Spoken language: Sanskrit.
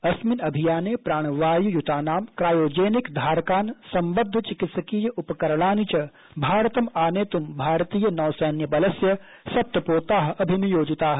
अस्मिन् अभियाने प्राणवायुयुतान् क्रायोजेनिक धारकान् सम्बद्ध चिकित्सकीय उपकरणानि च भारतम् आनेत् भारतीय नौसैन्यबलस्य सप्त पोताः अभिनियोजिताः